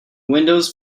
windows